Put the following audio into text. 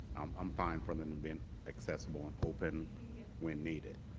i'm fine for them being accessible and open when needed